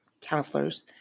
counselors